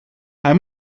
hij